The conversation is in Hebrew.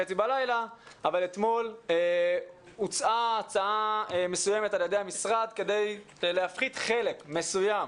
בלילה הוצעה הצעה מסוימת על ידי המשרד כדי להפחית חלק מסוים,